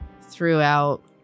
throughout